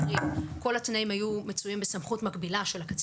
כאשר אנחנו בדקנו את ההחלטות השיפוטיות, שהן